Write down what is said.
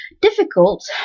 difficult